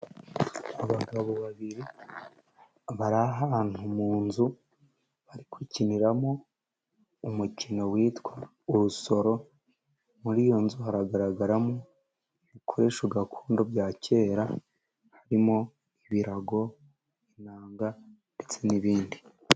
Abagabo babiri bari ahantu mu nzu bari gukiniramo umukino witwa urusoro, muri iyo nzu haragaragaramo ibikoresho gakondo bya kera harimo ibirago, inanga ndetse n'ibindi.